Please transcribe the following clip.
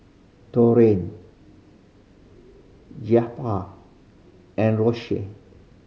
Torrie Jeptha and Rosia